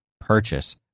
purchase